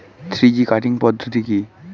Three G cutting পদ্ধতি কি?